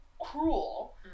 cruel